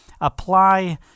apply